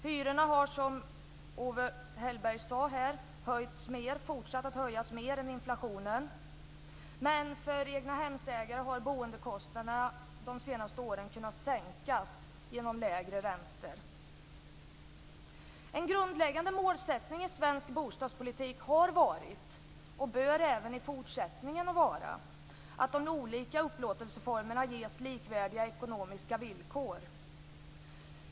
Hyrorna har, som Owe Hellberg sade, fortsatt att höjas mer än inflationen, men för egnahemsägare har boendekostnaderna de senaste åren kunnat sänkas genom lägre räntor. En grundläggande målsättning i svensk bostadspolitik har varit och bör även i fortsättningen vara att de olika upplåtelseformerna ges likvärdiga ekonomiska villkor.